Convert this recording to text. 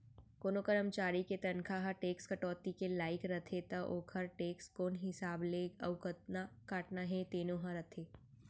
कोनों करमचारी के तनखा ह टेक्स कटौती के लाइक रथे त ओकर टेक्स कोन हिसाब ले अउ कतका काटना हे तेनो ह रथे